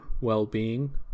well-being